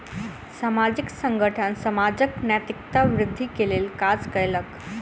सामाजिक संगठन समाजक नैतिकता वृद्धि के लेल काज कयलक